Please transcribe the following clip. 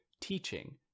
teaching